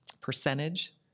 percentage